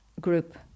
group